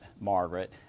Margaret